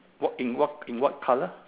what in what in what colour